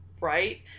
right